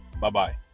Bye-bye